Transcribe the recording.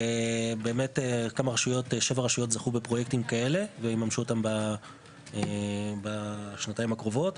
ובאמת שבע רשויות זכו בפרויקטים כאלה ויממשו אותם בשנתיים הקרובות,